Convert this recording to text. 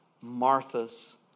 Martha's